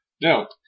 No